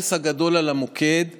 העומס הגדול על המוקד נובע,